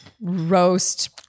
roast